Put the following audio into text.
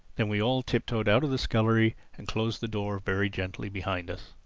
then we all tip-toed out of the scullery and closed the door very gently behind us.